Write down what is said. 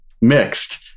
mixed